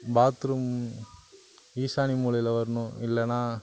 bathroom ஈசானிய மூலையில் வரணும் இல்லைன்னா